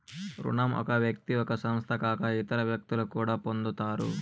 రుణం ఒక వ్యక్తి ఒక సంస్థ కాక ఇతర వ్యక్తులు కూడా పొందుతారు